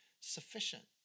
sufficient